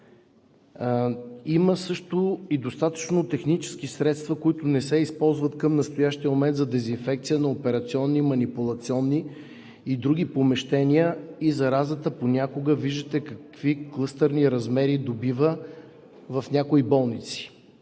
Има също и достатъчно технически средства, които не се използват към настоящия момент – за дезинфекция на операционни, манипулационни и други помещения. Виждате понякога заразата какви клъстърни размери добива в някои болници.